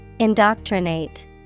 Indoctrinate